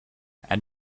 add